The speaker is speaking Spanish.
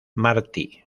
martí